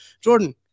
Jordan